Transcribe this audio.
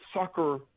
sucker